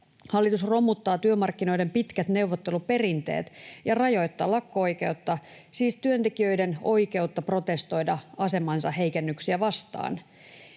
Hallitus romuttaa työmarkkinoiden pitkät neuvotteluperinteet ja rajoittaa lakko-oikeutta, siis työntekijöiden oikeutta protestoida asemansa heikennyksiä vastaan.